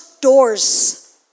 doors